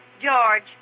George